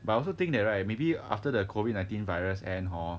but I also think that right maybe after the COVID nineteen virus end hor